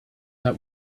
that